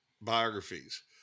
biographies